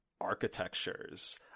architectures